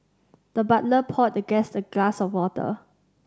the butler poured the guest a glass of water